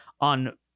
on